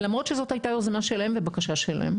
למרות שזאת הייתה יוזמה שלהם ובקשה שלהם.